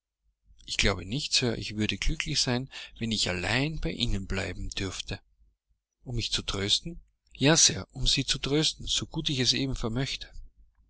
ich glaube nicht sir ich würde glücklich sein wenn ich allein bei ihnen bleiben dürfte um mich zu trösten ja sir um sie zu trösten so gut ich es eben vermöchte